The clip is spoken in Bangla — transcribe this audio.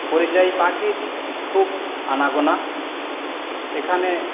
পরিযায়ী পাখির খুব আনাগোনা এখানে